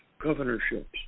governorships